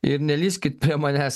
ir nelįskit prie manęs